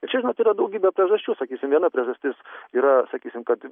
tai čia žinot yra daugybė priežasčių sakysim viena priežastis yra sakysim kad